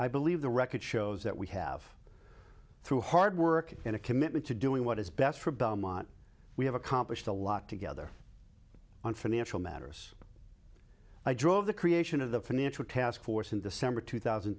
i believe the record shows that we have through hard work in a commitment to doing what is best for belmont we have accomplished a lot together on financial matters i drove the creation of the financial task force in december two thousand